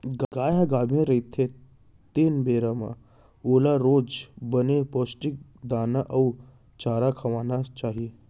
गाय ह गाभिन रहिथे तेन बेरा म ओला रोज बने पोस्टिक दाना अउ चारा खवाना चाही